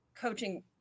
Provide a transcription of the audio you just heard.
coaching